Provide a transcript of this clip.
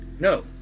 No